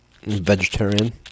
vegetarian